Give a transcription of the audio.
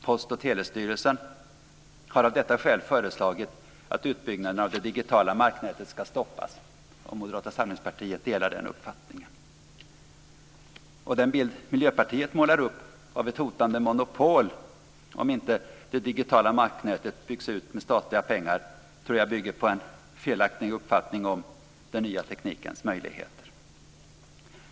Moderata samlingspartiet delar den uppfattningen. Den bild Miljöpartiet målar upp om ett hotande monopol om inte det digitala marknätet byggs ut med statliga pengar tror jag bygger på en felaktig uppfattning om den nya teknikens möjligheter.